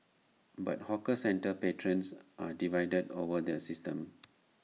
but hawker centre patrons are divided over the system